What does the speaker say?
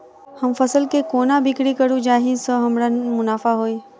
हम फसल केँ कोना बिक्री करू जाहि सँ हमरा मुनाफा होइ?